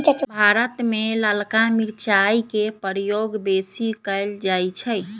भारत में ललका मिरचाई के प्रयोग बेशी कएल जाइ छइ